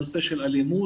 נושא של אלימות,